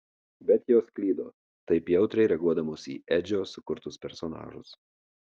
bet jos klydo taip jautriai reaguodamos į edžio sukurtus personažus